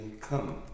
come